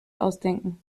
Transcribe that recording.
ausdenken